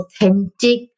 authentic